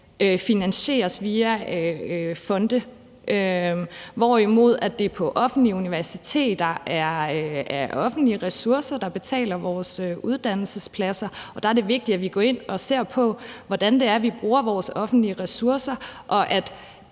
finansieres via fonde, hvorimod det på offentlige universiteter er offentlige ressourcer, der betaler vores uddannelsespladser, og der er det vigtigt, at vi går ind og ser på, hvordan vi bruger vores offentlige ressourcer, og at